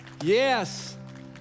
Yes